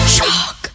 Shock